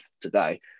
today